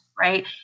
Right